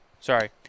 Sorry